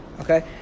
Okay